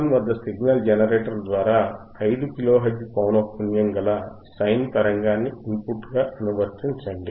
V1 వద్ద signal generator ద్వారా 5 kilohertz పౌనఃపున్యం గల సైన్ తరంగాన్ని ఇన్పుట్ గా అనువర్తించండి